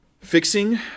Fixing